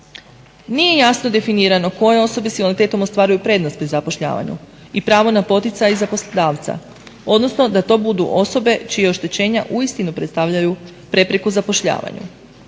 Nije jasno definirano koje osobe s invaliditetom ostvaruju prednost pri zapošljavanju i pravo na poticaj za poslodavca odnosno da to budu osobe čija oštećenja uistinu predstavljaju prepreku zapošljavanju.